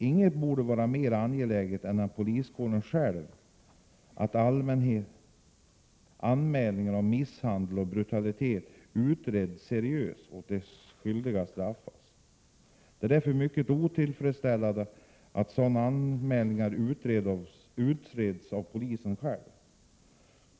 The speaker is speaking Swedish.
Ingen borde vara mer angelägen än poliskåren själv ätt anmälningar om misshandel och brutalitet utreds seriöst och att de skyldiga straffas. Det är därför mycket otillfredsställande att sådana anmälningar utreds av polisen själv.